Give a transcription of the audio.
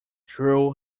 drew